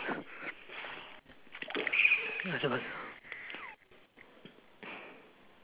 it's over